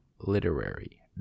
literary